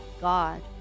God